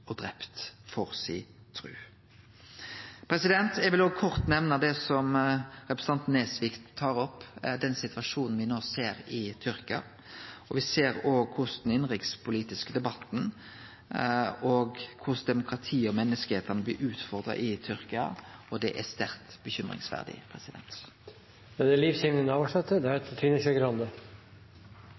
og drepne for si tru. Eg vil òg kort nemne det som representanten Nesvik tar opp, nemleg den situasjonen me no ser i Tyrkia. Me ser òg korleis den innanrikspolitiske debatten og korleis demokratiet og menneskerettane blir utfordra i Tyrkia, og det er sterkt